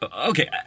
Okay